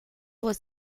was